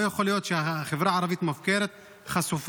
לא יכול להיות שהחברה הערבית מופקרת וחשופה.